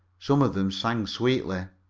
some of them sang sweetly.